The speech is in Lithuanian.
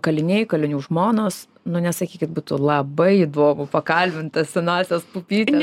kaliniai kalinių žmonos nu nesakykit būtų labai įdomu pakalbint senąsias pupytes